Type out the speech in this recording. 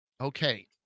Okay